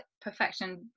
perfection